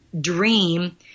dream